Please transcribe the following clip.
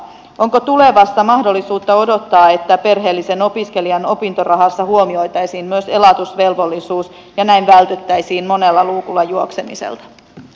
onko tulevassa mahdollisuutta odottaa että perheellisen opiskelijan opintorahassa huomioitaisiin myös elatusvelvollisuus ja näin vältyttäisiin monella luukulla juoksemiselta